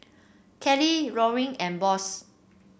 Kelly Loring and Boss